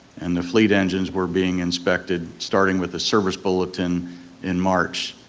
and the fleet engines were being inspected starting with the service bulletin in march.